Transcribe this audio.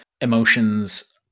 emotions